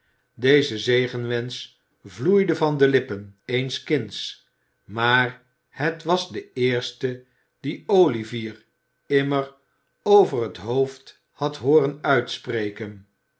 deze zegenwensch vloeide van de lippen eens kinds maar het was de eerste dien olivier immer over het hoofd had hooren uitspreken